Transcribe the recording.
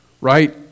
Right